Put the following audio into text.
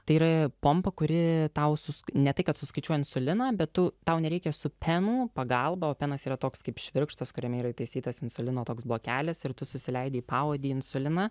tai yra pompa kuri tau sus ne tai kad suskaičiuoti insuliną be to tau nereikia su penų pagalba o pelnas yra toks kaip švirkštas kuriame yra įtaisytas insulino toks blokelis ir tu susileidi į paodį insuliną